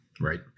Right